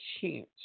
chance